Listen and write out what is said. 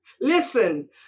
Listen